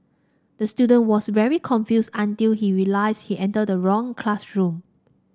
the student was very confused until he realised he entered the wrong classroom